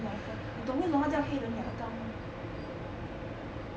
牙膏你懂为什么叫黑人牙膏吗